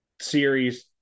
series